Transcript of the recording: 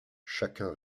chacun